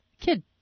kid